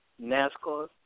NASCAR